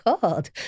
God